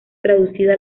traducida